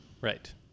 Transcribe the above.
Right